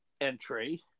entry